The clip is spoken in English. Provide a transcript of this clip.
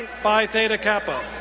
phi theta kappa.